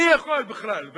מי יכול בכלל?